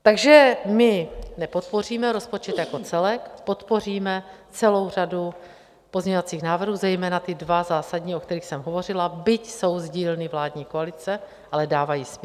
Takže my nepodpoříme rozpočet jako celek, podpoříme celou řadu pozměňovacích návrhů, zejména ty dva zásadní, o kterých jsem hovořila, byť jsou z dílny vládní koalice, ale dávají smysl.